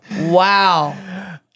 wow